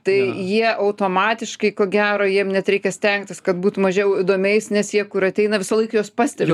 tai jie automatiškai ko gero jiem net reikia stengtis kad būt mažiau įdomiais nes tie kur ateina visąlaik juos pastebi